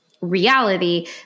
reality